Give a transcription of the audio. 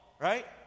Right